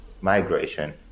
migration